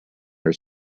are